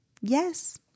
Yes